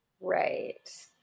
right